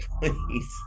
please